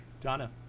Donna